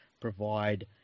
provide